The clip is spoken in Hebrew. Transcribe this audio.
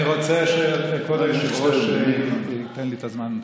אני רוצה שכבוד היושב-ראש ייתן לי את הזמן.